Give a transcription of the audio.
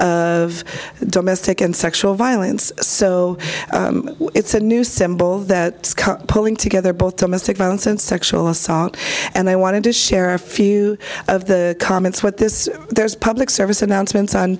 of domestic and sexual violence so it's a new symbol that pulling together both domestic violence and sexual assault and i wanted to share a few of the comments what this there's a public service announcements on